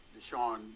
Deshaun